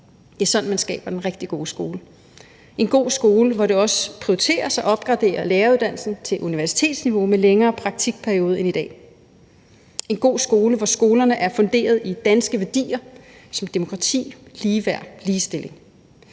Det er sådan, man skaber den rigtig gode skole – en god skole, hvor det også prioriteres at opgradere læreruddannelsen til universitetsniveau med længere praktikperiode end i dag; en god skole, hvor skolerne er funderet i danske værdier som demokrati, ligeværd og ligestilling,